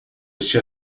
este